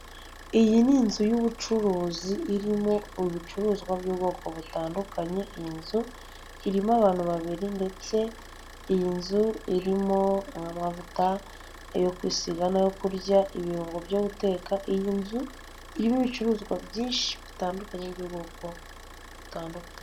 Iyi ni inzu y'ubucuruzi irimo ibicuruzwa by'ubwoko butandukanye iyi nzu, irimo abantu babiri ndetse, iyi nzu irimo amavuta, yo kwisiga n'ayo kurya ibirungo byo guteka iyi nzu, irimo ibicuruzwa byinshi bitandukanye by'ubwoko, butandukanye.